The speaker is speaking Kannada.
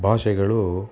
ಭಾಷೆಗಳು